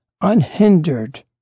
unhindered